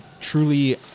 truly